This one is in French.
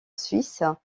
suisse